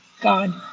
God